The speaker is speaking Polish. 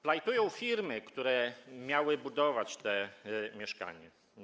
Plajtują firmy, które miały budować te mieszkania.